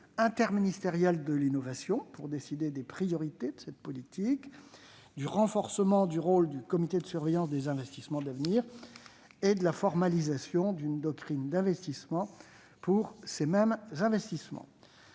interministériel de l'innovation pour décider des priorités de la politique d'innovation, du renforcement du rôle du comité de surveillance des investissements d'avenir et de la formalisation d'une doctrine d'investissement pour les investissements